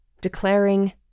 declaring